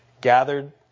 gathered